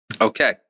Okay